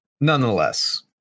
Nonetheless